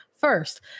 first